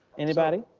anybody.